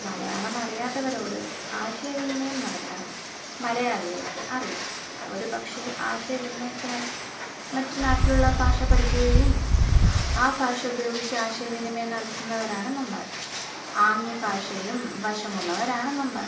മലയാളം അറിയാത്തവരോട് ആശയ വിനിമയം നടത്താൻ മലയാളികൾക്ക് അറിയാം ഒരു പക്ഷെ ആശയ വിനിമയത്തിനായി മറ്റു നാട്ടിലുള്ള ഭാഷ പഠിക്കുകയും ആ ഭാഷ ഉപയോഗിച്ച് ആശയവിനിമയം നടത്തുന്നവരാണ് നമ്മൾ ആംഗ്യ ഭാഷയും വശമുള്ളവരാണ് നമ്മൾ